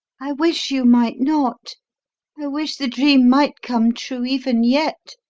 i wish you might not i wish the dream might come true, even yet,